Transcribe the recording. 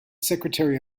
secretary